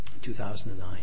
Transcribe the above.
2009